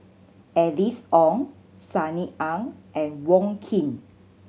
Alice Ong Sunny Ang and Wong Keen